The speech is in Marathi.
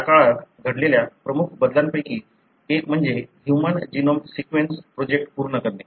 या काळात घडलेल्या प्रमुख बदलांपैकी एक म्हणजे ह्यूमन जीनोम सीक्वेन्स प्रोजेक्ट पूर्ण करणे